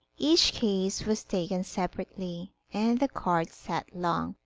each case was taken separately, and the court sat long.